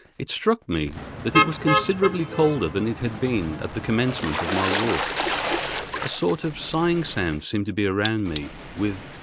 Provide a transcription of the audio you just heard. it struck me that it was considerably colder than it had been at the commencement of my walk a sort of sighing sound seemed to be around me, with,